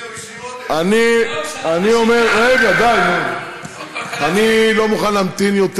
אני אומר: לא מוכן להמתין יותר,